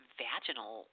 vaginal